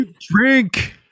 drink